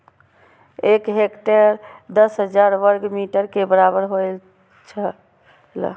एक हेक्टेयर दस हजार वर्ग मीटर के बराबर होयत छला